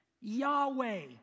Yahweh